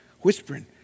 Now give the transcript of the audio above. Whispering